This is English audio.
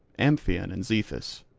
amphion and zethus,